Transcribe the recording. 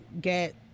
get